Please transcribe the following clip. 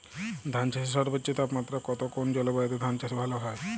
ধান চাষে সর্বোচ্চ তাপমাত্রা কত কোন জলবায়ুতে ধান চাষ ভালো হয়?